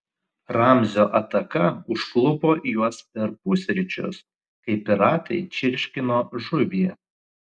ramzio ataka užklupo juos per pusryčius kai piratai čirškino žuvį